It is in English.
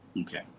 Okay